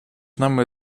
нами